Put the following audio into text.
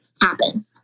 happen